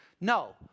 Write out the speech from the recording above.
No